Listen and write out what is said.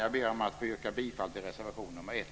Jag ber att få yrka bifall till reservation nr 1.